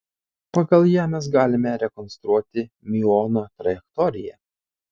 pagal ją mes galime rekonstruoti miuono trajektoriją